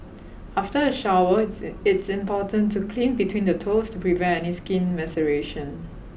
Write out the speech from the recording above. after a shower it's it's important to clean between the toes to prevent any skin maceration